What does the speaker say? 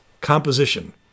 composition